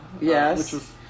yes